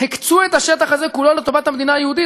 הקצו את השטח הזה כולו לטובת המדינה היהודית,